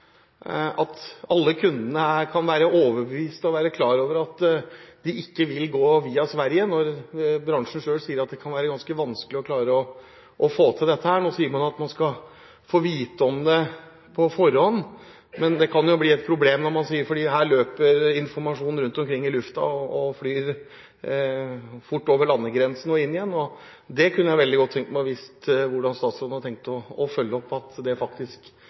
skal alle kundene kunne være overbevist om at det ikke vil gå via Sverige – når bransjen selv sier at det kan være ganske vanskelig å få til dette? Nå sier man at man skal få vite om det på forhånd, men det kan bli et problem – for informasjonen løper rundt omkring i luften og flyr fort over landegrensene og tilbake igjen. Jeg kunne veldig gjerne tenkt meg å få vite hvordan statsråden har tenkt å følge dette opp, slik at ingen risikerer at det